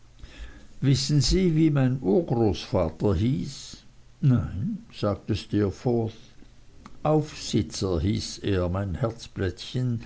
wissen sie wie mein urgroßvater hieß nein sagte steerforth aufsitzer hieß er mein herzblättchen